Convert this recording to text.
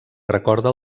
recorda